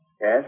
Yes